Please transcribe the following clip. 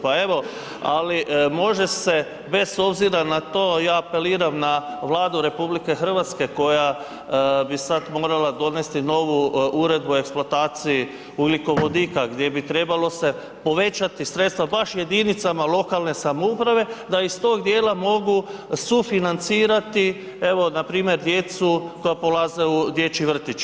Pa evo, ali može se bez obzira na to ja apeliram na Vladu RH koja bi sad morala donesti novu uredbu o eksploataciji ugljikovodika gdje bi trebalo se povećati sredstava baš jedinicama lokalne samouprave da iz tog djela mogu sufinancirati evo npr. djecu koja polaze u dječji vrtić.